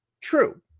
True